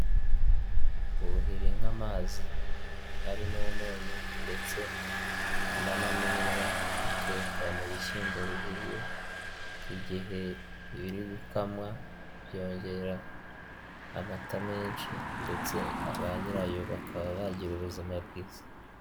Kuhira inka amazi arimo umunyu ndetse n'amamininwa aturuka mu bishyimbo bihiye igihe iri gukama byongera amata menshi ndetse ba nyirayo bakaba bagira ubuzima bwiza.